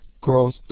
growth